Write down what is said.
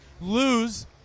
lose